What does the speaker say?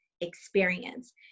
experience